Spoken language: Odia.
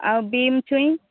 ଆଉ ବିନ୍ ଛୁଇଁ